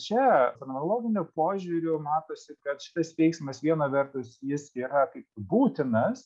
čia fenomenologiniu požiūriu matosi kad šitas veiksmas viena vertus jis yra kaip būtinas